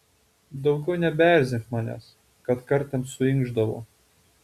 daugiau nebeerzink manęs kartkartėm suinkšdavo